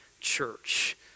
church